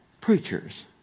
preachers